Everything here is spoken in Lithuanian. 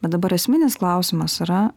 bet dabar esminis klausimas yra